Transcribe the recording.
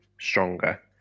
stronger